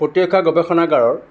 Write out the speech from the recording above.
প্ৰতিৰক্ষা গৱেষণাগাৰৰ